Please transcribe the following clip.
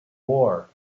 war